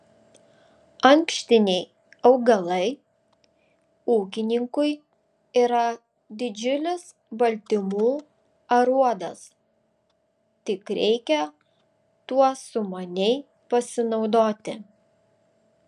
ankštiniai augalai ūkininkui yra didžiulis baltymų aruodas tik reikia tuo sumaniai pasinaudoti